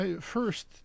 first